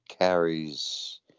carries